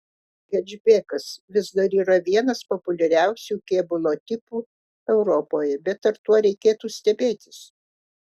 hečbekas vis dar yra vienas populiariausių kėbulo tipų europoje bet ar tuo reikėtų stebėtis